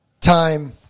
time